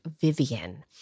Vivian